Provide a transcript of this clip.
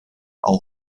aber